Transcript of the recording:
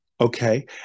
Okay